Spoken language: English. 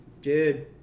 Dude